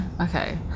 okay